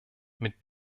mit